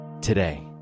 today